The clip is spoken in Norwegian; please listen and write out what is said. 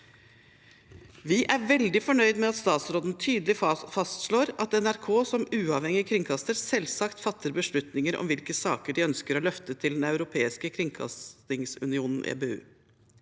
Vi er veldig fornøyde med at statsråden tydelig fastslår at NRK som uavhengig kringkaster selvsagt fatter beslutninger om hvilke saker de ønsker å løfte til Den europeiske kringkastingsunion, EBU.